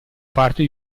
parte